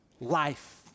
Life